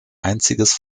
einziges